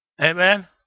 Amen